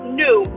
new